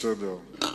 בסדר.